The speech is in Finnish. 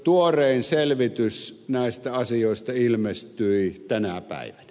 tuorein selvitys näistä asioista ilmestyi tänä päivänä